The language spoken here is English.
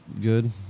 Good